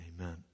Amen